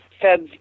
feds